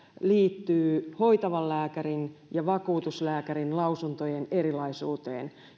liittyy hoitavan lääkärin ja vakuutuslääkärin lausuntojen erilaisuuteen